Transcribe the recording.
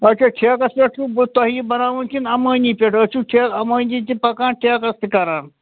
اَچھا ٹھیکَس پیٚٹھ چھُو تۄہِی بَناوُن کِنہٕ اَمٲنی پٮ۪ٹھ أسۍ چھِو اَمٲنی تہٕ پَکان ٹھیکَس تہِ کَران